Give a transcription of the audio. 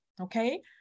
Okay